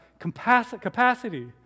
capacity